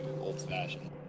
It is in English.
old-fashioned